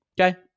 Okay